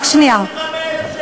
רק שנייה.